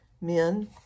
men